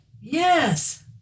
Yes